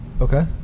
Okay